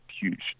huge